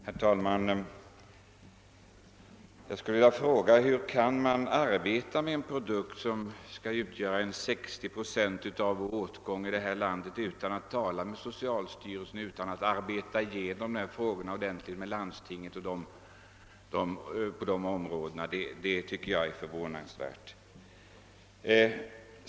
Herr talman! Jag vill fråga hur man utan att tala med socialstyrelsen och utan att gå igenom frågorna ordentligt med landstingen kan arbeta med en produkt, som skall tillgodose 60 procent av hela efterfrågan i landet? Det tycker jag är förvånansvärt.